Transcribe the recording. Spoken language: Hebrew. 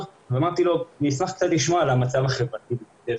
ואמרתי לו שאני אשמח לשמוע קצת על המצב החברתי בבית הספר.